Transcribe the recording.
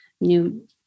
new